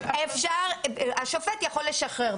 השופט יכול לשחרר.